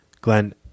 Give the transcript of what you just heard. Glenn